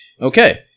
Okay